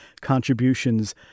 contributions